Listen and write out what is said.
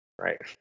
Right